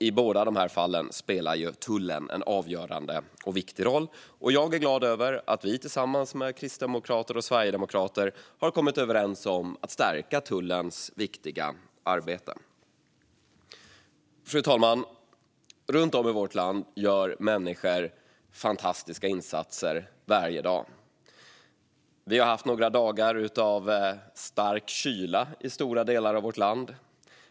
I båda dessa fall spelar tullen en avgörande roll, och jag är glad över att vi tillsammans med kristdemokrater och sverigedemokrater har kommit överens om att stärka tullens viktiga arbete. Fru talman! Runt om i vårt land gör människor fantastiska insatser varje dag. Vi har haft några dagar av stark kyla i stora delar av vårt land.